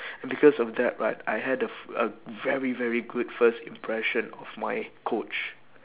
because of that right I had a a very very good first impression of my coach